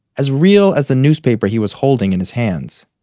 as real as the newspaper he was holding in his hands.